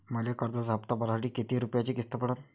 मले कर्जाचा हप्ता भरासाठी किती रूपयाची किस्त पडन?